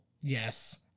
Yes